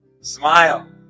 Smile